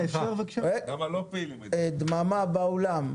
דממה באולם.